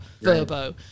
Verbo